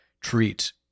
treat